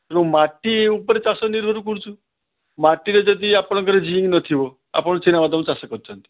ତେଣୁ ମାଟି ଉପରେ ଚାଷ ନିର୍ଭର କରୁଛି ମାଟିରେ ଯଦି ଆପଣଙ୍କର ଜିଙ୍କ୍ ନଥିବ ଆପଣ ଚିନାବାଦାମ ଚାଷ କରୁଛନ୍ତି